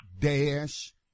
dash